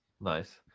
nice